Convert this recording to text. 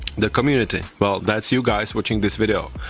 the community, well that's you guys watching this video,